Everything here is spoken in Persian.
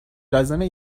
لازمه